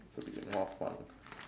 should be more fun